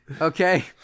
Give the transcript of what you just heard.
okay